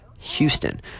Houston